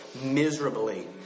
Miserably